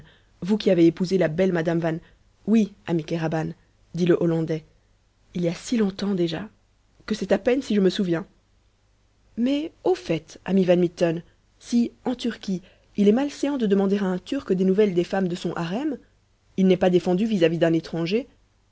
vous qui avez épousé la belle madame van oui ami kéraban dit le hollandais il y a si longtemps déjà que c'est à peine si je me souviens mais au fait ami van mitten si en turquie il est malséant de demander à un turc des nouvelles des femmes de son harem il n'est pas défendu vis-à-vis d'un étranger